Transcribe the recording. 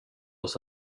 oss